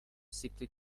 sickly